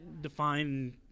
define